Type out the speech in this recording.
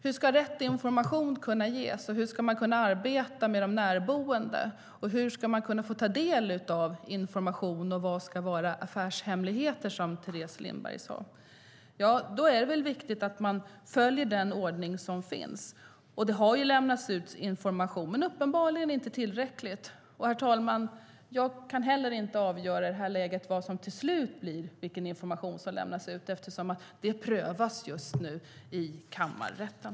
Hur ska rätt information kunna ges, hur ska man arbeta med de närboende, hur ska man kunna ta del av informationen och vad ska vara affärshemligheter? frågade Teres Lindberg. Det är viktigt att följa den ordning som finns. Det har lämnats ut information, men uppenbarligen inte tillräckligt. Herr talman! Jag kan inte i det här läget avgöra vilken information som till slut lämnas ut eftersom det prövas just nu i kammarrätten.